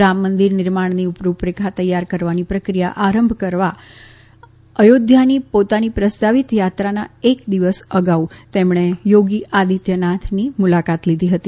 રામમંદિર નિર્માણની રૂપરેખા તૈયાર કરવાની પ્રક્રિયા આરંભ કરવા અચોધ્યાની પોતાની પ્રસ્તાવિત યાત્રાના એક દિવસ અગાઉ તેમણે યોગી આદિત્યનાથની મુલાકાત લીધી હતી